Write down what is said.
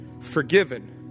forgiven